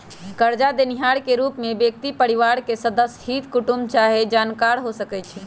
करजा देनिहार के रूप में व्यक्ति परिवार के सदस्य, हित कुटूम चाहे जानकार हो सकइ छइ